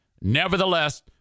Nevertheless